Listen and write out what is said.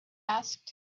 asked